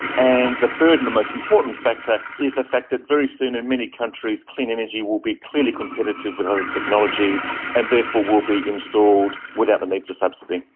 and the third and the most important factor is the fact that very soon in many countries clean energy will be clearly competitive with other technologies and therefore will be installed without the need for subsidy.